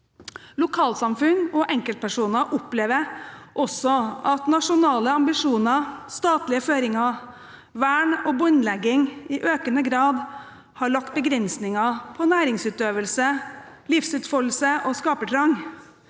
Lokalsamfunn og enkeltpersoner opplever også at nasjonale ambisjoner, statlige føringer, vern og båndlegging i økende grad har lagt begrensninger på næringsutøvelse, livsutfoldelse og skapertrang,